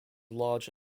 large